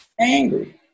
angry